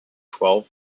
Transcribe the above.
twelve